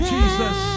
Jesus